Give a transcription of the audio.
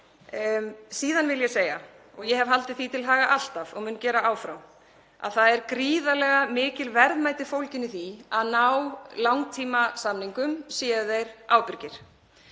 Síðan vil ég segja, og ég hef haldið því til haga alltaf og mun gera áfram, að það eru gríðarlega mikil verðmæti fólgin í því að ná langtímasamningum séu þeir ábyrgir.